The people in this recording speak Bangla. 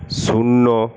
শূন্য